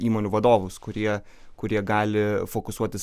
įmonių vadovus kurie kurie gali fokusuotis